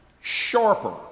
sharper